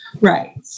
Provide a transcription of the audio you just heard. Right